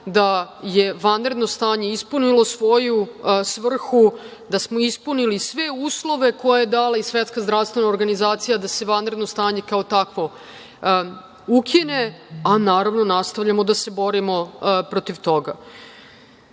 da je vanredno stanje ispunilo svoju svrhu, da smo ispunili sve uslove koje je dala SZO da se vanredno stanje kao takvo ukine, a naravno nastavljamo da se borimo protiv toga. Dali